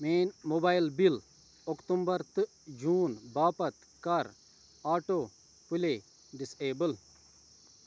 میٛٲنۍ mobile bill October تہٕ June باپتھ کَر آٹو پٕلے ڈِسایبٕل